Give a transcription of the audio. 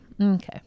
Okay